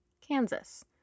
kansas